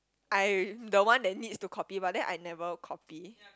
I the one that needs to copy but then I never copy